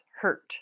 hurt